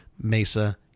Mesa